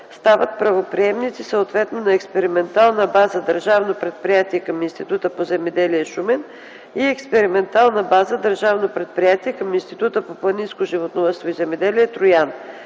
стават правоприемници съответно на Експериментална база – Държавно предприятие към Института по земеделие – Шумен, и Експериментална база – Държавно предприятие към Института по планинско животновъдство и земеделие – Троян.